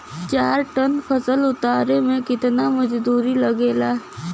चार टन फसल उतारे में कितना मजदूरी लागेला?